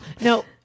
No